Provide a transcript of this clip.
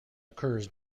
occurs